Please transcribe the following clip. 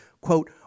quote